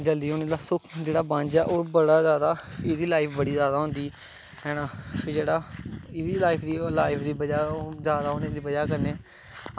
जल्दी होनें दा ओह् बड़ा जादा एह्दी लाईफ बड़ी जादा होंदी ते जेह्ड़ा इस दी लाईफ जादा होनें दी बज़ाह् कन्नै